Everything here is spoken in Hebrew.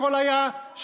הכול היה שחיתות,